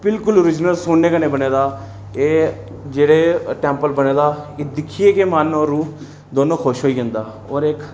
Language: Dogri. बिल्कुल ओरीजिनल सुन्ने कन्नै बने दा एह् जेह्ड़े टैम्पल बने दा एह् दिक्खियै कि मन और रूह् दोनों खुश होई जंदा और इक